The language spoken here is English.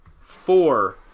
Four